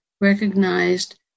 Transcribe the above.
recognized